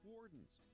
Warden's